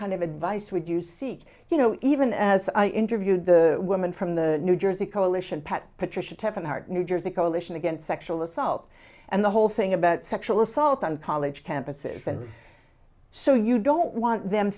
kind of advice would you seek you know even as i interviewed the woman from the new jersey coalition pat patricia teven heart new jersey coalition against sexual assault and the whole thing about sexual assault on college campuses and so you don't want them